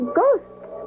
ghosts